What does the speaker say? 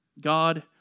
God